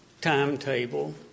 timetable